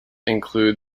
include